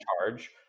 charge